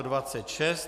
26.